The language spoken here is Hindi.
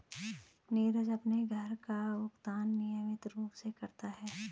नीरज अपने कर का भुगतान नियमित रूप से करता है